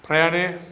फ्रायानो